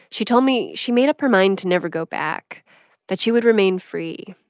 she told me she made up her mind to never go back that she would remain free.